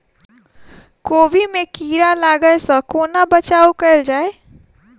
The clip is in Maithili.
कोबी मे कीड़ा लागै सअ कोना बचाऊ कैल जाएँ?